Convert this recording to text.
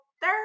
third